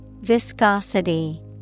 Viscosity